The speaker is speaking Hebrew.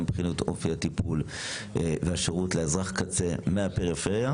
גם מבחינת אופי הטיפול והשירות לאזרח הקצה מהפריפריה,